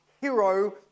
hero